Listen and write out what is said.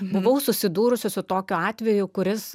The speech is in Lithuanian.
buvau susidūrusi su tokiu atveju kuris